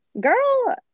girl